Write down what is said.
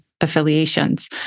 affiliations